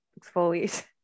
exfoliates